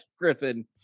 Griffin